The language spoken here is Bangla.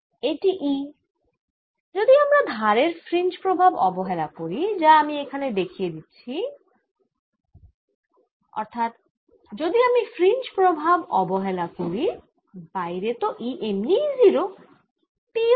এটি E যদি আমরা ধারের ফ্রিঞ্জ প্রভাব অবহেলা করি যা আমি এখানে দেখিয়ে দিচ্ছি যদি আমি ফ্রিঞ্জ প্রভাব অবহেলা করি বাইরে তো E এমনিই 0 P ও 0